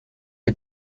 een